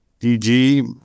DG